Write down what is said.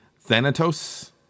Thanatos